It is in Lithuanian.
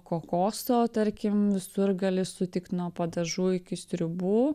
kokoso tarkim visur gali sutikt nuo padažų iki sriubų